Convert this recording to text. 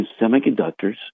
semiconductors